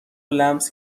لمس